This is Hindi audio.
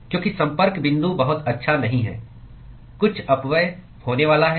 क्योंकि संपर्क बिंदु बहुत अच्छा नहीं है कुछ अपव्यय होने वाला है